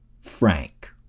Frank